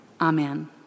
Amen